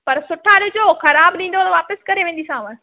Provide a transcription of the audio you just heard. पर सुठा ॾिजो ख़राब ॾींदो त वापसि करे वेंदीमांव